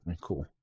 cool